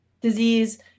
disease